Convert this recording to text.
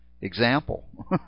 example